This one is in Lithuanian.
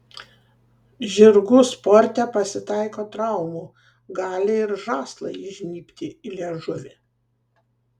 žirgų sporte pasitaiko traumų gali ir žąslai įžnybti į liežuvį